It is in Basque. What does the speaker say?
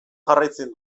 jarraitzen